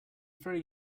very